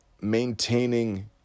maintaining